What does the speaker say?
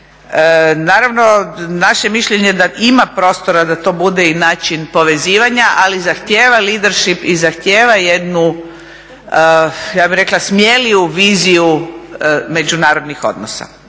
Naravno naše je mišljenje da ima prostora da to bude i način povezivanja ali zahtjeva leadership i zahtjeva jednu ja bih rekla smjeliju viziju međunarodnih odnosa.